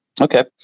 Okay